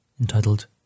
entitled